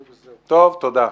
תודה.